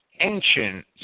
ancient